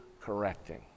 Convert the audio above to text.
correcting